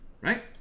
right